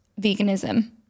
veganism